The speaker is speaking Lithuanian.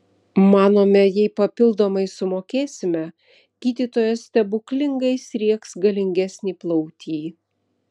manome jei papildomai sumokėsime gydytojas stebuklingai įsriegs galingesnį plautį